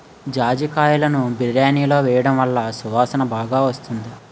జాజికాయలును బిర్యానిలో వేయడం వలన సువాసన బాగా వస్తుంది